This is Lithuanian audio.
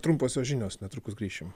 trumposios žinios netrukus grįšim